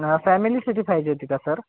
फॅमिलीसाठी पाहिजे होती का सर